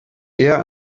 eher